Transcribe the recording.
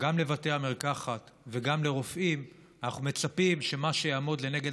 גם לבתי המרקחת וגם לרופאים אנחנו מצפים שמה שיעמוד לנגד